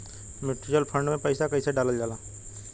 Mutual fund मे पईसा कइसे डालल जाला?